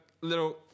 little